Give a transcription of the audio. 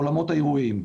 אולמות האירועים,